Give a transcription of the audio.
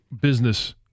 business